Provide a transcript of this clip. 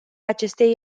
acestei